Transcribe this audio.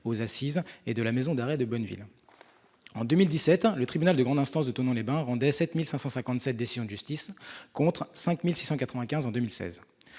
aux assises et de la maison d'arrêt de Bonneville. En 2017, le tribunal de grande instance de Thonon-les-Bains rendait quelque 7 557 décisions de justice, contre 5 695 en 2016.